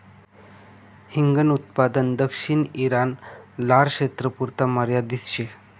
हिंगन उत्पादन दक्षिण ईरान, लारक्षेत्रपुरता मर्यादित शे